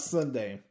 Sunday